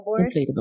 Inflatable